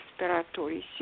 respiratory